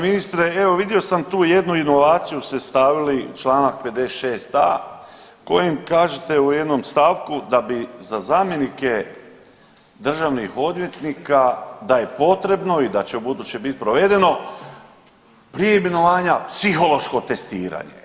ministre, evo vidio sam tu jednu inovaciju ste stavili u čl. 56.a. kojim kažete u jednom stavku da bi za zamjenike državnih odvjetnika, da je potrebno i da će ubuduće bit provedeno prije imenovanja psihološko testiranje.